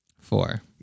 Four